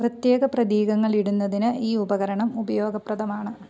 പ്രത്യേക പ്രതീകങ്ങൾ ഇടുന്നതിന് ഈ ഉപകരണം ഉപയോഗപ്രദമാണ്